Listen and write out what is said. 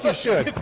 ah should.